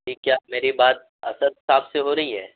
جی کیا میری بات اسد صاحب سے ہو رہی ہے